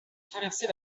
traversé